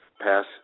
pass